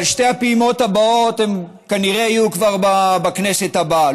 אבל שתי הפעימות הבאות כנראה יהיו כבר בכנסת הבאה.